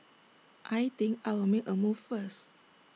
I think I'll make A move first